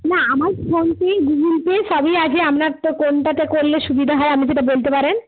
না আমার PhonePe Google Pay সবই আছে আপনারটা কোনটাতে করলে সুবিধা হয় আপনি সেটা বলতে পারেন